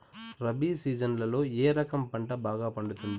రబి సీజన్లలో ఏ రకం పంట బాగా పండుతుంది